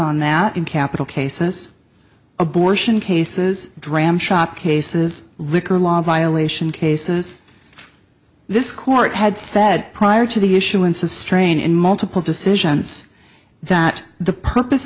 on that in capital cases abortion cases dram shop cases liquor laws violation cases this court had said prior to the issuance of strain in multiple decisions that the purpose